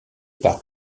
par